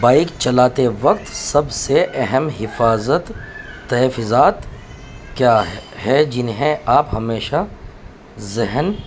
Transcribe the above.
bike چلاتے وقت سب سے اہم حفاظت تحفظات کیا ہے جنہیں آپ ہمیشہ ذہن